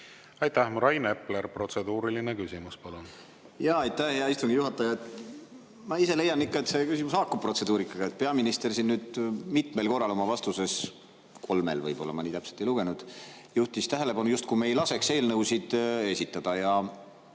Aitäh! Rain Epler, protseduuriline küsimus, palun! Aitäh, hea istungi juhataja! Ma ise leian, et see küsimus haakub protseduurikaga. Peaminister siin mitmel korral oma vastuses – kolmel võib-olla, ma nii täpselt ei lugenud – juhtis tähelepanu, justkui me ei laseks eelnõusid esitada.